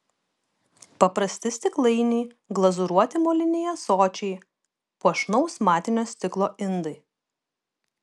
paprasti stiklainiai glazūruoti moliniai ąsočiai puošnaus matinio stiklo indai